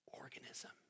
organism